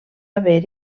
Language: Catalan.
haver